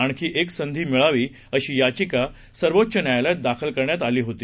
आणखीएकसंधीमिळावीअशीयाचिकासर्वोच्चन्यायालयातदाखलकरण्यातआलीहोती